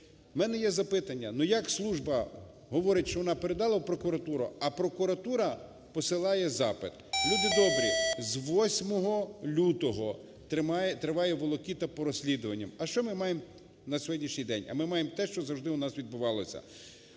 В мене є запитання. Ну, як служба говорить, що вона передала в прокуратуру, а прокуратура посилає запит? Люди добрі, з 8 лютого триваєволокіта по розслідуванням. А що ми маємо на сьогоднішній день? А ми маємо те, що завжди у нас відбувалося.